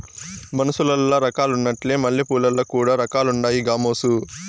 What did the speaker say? మనుసులల్ల రకాలున్నట్లే మల్లెపూలల్ల కూడా రకాలుండాయి గామోసు